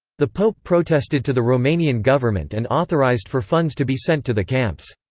the pope protested to the romanian government and authorised for funds to be sent to the camps.